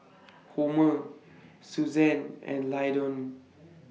Homer Susan and Lyndon